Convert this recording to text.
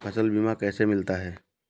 फसल बीमा कैसे मिलता है?